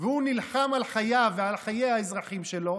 והוא נלחם על חייו ועל חיי האזרחים שלו,